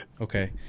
Okay